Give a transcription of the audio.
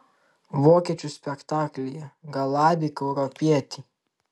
vokiečių spektaklyje galabyk europietį